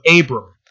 Abram